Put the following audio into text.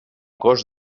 cost